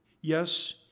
Yes